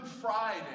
Friday